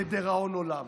לדיראון עולם.